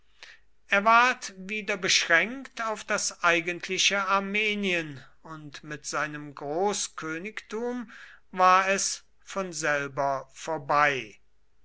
er ward wieder beschränkt auf das eigentliche armenien und mit seinem großkönigtum war es von selber vorbei